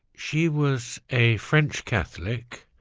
she was a french catholic,